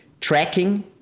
tracking